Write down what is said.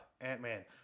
Ant-Man